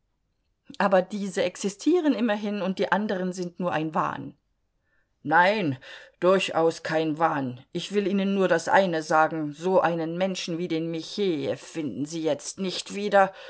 aber diese existieren immerhin und die anderen sind nur ein wahn nein durchaus kein wahn ich will ihnen nur das eine sagen so einen menschen wie den michejew finden sie jetzt nicht wieder